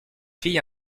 fille